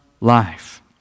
life